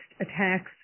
attacks